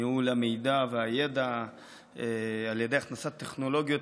ניהול המידע והידע על ידי הכנסת טכנולוגיות